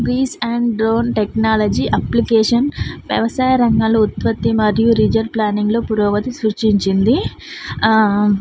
బీస్ and drone technology application వ్యవసాయ రంగంలో ఉత్పత్తి మరియు రిజర్వ్ ప్లానింగ్లో పురోగతి సృష్టిచింది